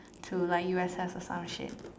to like U_S_S or some shit